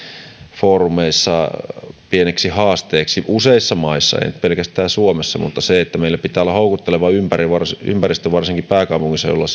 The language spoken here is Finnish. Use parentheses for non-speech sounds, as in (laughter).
foorumeissa pieneksi haasteeksi useissa maissa ei pelkästään suomessa mutta meillä pitää olla houkutteleva ympäristö ympäristö varsinkin pääkaupunkiseudulla (unintelligible)